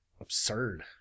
Absurd